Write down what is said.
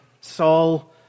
Saul